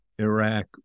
Iraq